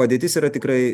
padėtis yra tikrai